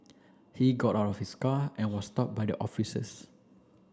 he got out of his car and was stopped by the officers